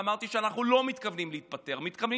אמרתי שאנחנו לא מתכוונים להתפטר אלא מתכוונים